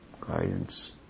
guidance